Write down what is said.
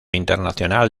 internacional